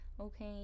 okay